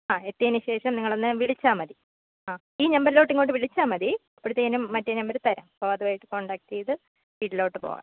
ആ എത്തിയതിന് ശേഷം നിങ്ങൾ എന്നെ വിളിച്ചാൽ മതി ആ ഈ നമ്പറിലോട്ട് ഇങ്ങോട്ട് വിളിച്ചാൽ മതി അപ്പോഴത്തേനും മറ്റെ നമ്പര് തരാം അപ്പോൾ അതുമായിട്ട് കോണ്ടാക്റ്റ് ചെയ്ത് വീട്ടിലോട്ട് പോവാം